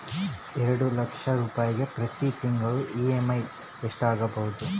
ಎರಡು ಲಕ್ಷ ರೂಪಾಯಿಗೆ ಪ್ರತಿ ತಿಂಗಳಿಗೆ ಇ.ಎಮ್.ಐ ಎಷ್ಟಾಗಬಹುದು?